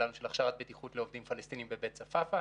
שלנו של הכשרת בטיחות לעובדים פלסטינים בבית צפאפא,